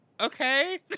okay